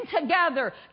together